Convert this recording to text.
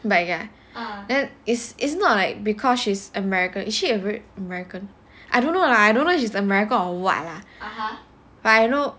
but ya then it is it's not like because she's american is she even american I don't know lah I don't know she's american or what lah but I know